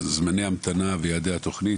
זמני המתנה ויעדי התוכנית.